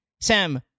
Sam